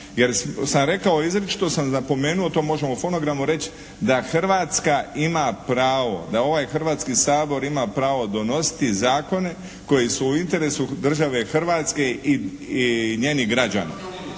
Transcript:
Jer sam rekao, izričito sam napomenuo, to možemo u fonogramu reći da Hrvatska ima pravo, da ovaj Hrvatski sabor ima pravo donositi zakone koji su u interesu države Hrvatske i njezinih građana,